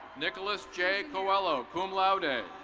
nickolas j. coelo, cum laude.